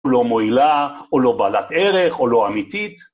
או לא מועילה, או לא בעלת ערך, או לא אמיתית.